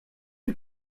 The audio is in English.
you